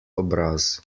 obraz